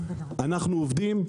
אנו עובדים.